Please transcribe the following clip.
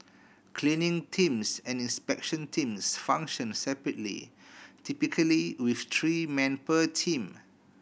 cleaning teams and inspection teams function separately typically with three men per team